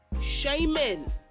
shaming